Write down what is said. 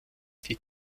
die